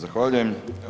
Zahvaljujem.